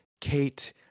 Kate